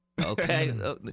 Okay